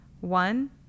One